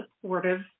supportive